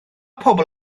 pobol